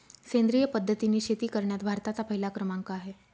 सेंद्रिय पद्धतीने शेती करण्यात भारताचा पहिला क्रमांक आहे